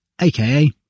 aka